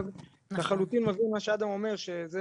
ואני לחלוטין מבין מה שאדם אומר שזאת